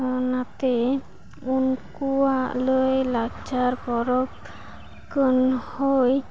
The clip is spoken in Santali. ᱚᱱᱟᱛᱮ ᱩᱱᱠᱩᱣᱟᱜ ᱞᱟᱹᱭ ᱞᱟᱠᱪᱟᱨ ᱯᱚᱨᱚᱵᱽ ᱠᱚᱱᱩᱭ